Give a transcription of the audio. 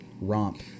romp